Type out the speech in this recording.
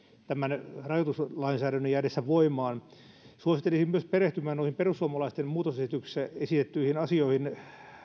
tämän rajoituslainsäädännön jäädessä voimaan suosittelisin myös perehtymään noihin perussuomalaisten muutosesityksessä esitettyihin asioihin